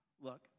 look